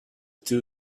two